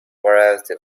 variety